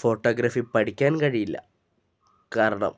photography പഠിക്കാൻ കഴിയില്ല കാരണം